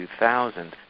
2000